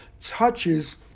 touches